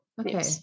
Okay